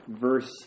verse